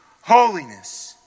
holiness